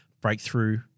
breakthrough